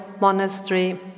monastery